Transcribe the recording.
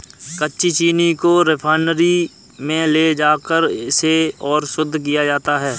कच्ची चीनी को रिफाइनरी में ले जाकर इसे और शुद्ध किया जाता है